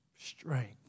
strength